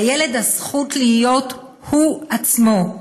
לילד הזכות להיות הוא עצמו.